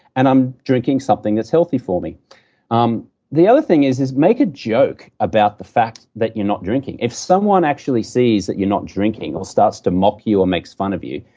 and i'm drinking something that's healthy for me um the other thing is, make a joke about the fact that you're not drinking. if someone actually sees that you're not drinking, or starts to mock you or makes fun of you,